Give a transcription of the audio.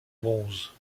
bronze